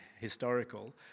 historical